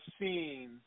seeing